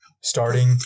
starting